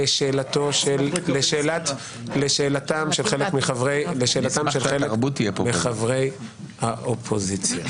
לשאלת חלק מחברי האופוזיציה.